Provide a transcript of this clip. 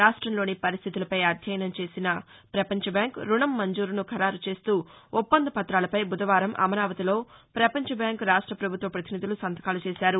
రాష్టంలోని పరిస్థితులపై అధ్యయనం చేసిన ప్రపంచ బ్యాంక్ రుణం మంజూరును ఖరారు చేస్తూ ఒప్పంద పతాలపై బుధవారం అమరావతిలో పపంచ బ్యాంక్ రాష్ట పభుత్వ ప్రతినిధులు సంతకాలు చేశారు